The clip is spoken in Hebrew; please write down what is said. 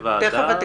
תהיה ועדה --- הדס,